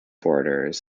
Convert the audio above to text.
borders